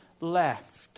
left